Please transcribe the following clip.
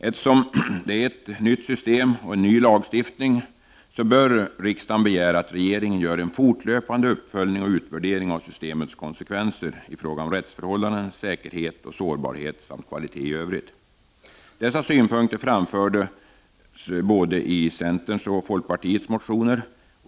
Eftersom det är ett nytt system och en ny lagstiftning bör riksdagen begära att regeringen gör en fortlöpande uppföljning och utvärdering av systemets konsekvenser i fråga om rättsförhållanden, säkerhet och sårbarhet samt kvalitet i övrigt. Dessa synpunkter framfördes både i centerns och folkpartiets motioner.